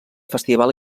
festival